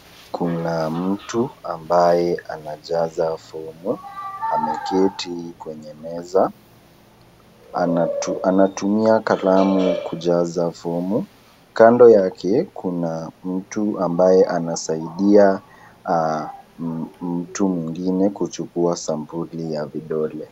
Kuna mtu ambaye anajaza fomu, ameketi kwenye meza, anatumia kalamu kujaza fomu, kando yake kuna mtu ambaye anasaidia mtu mwingine kuchukua sampuli ya vidole.